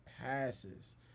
passes